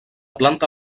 planta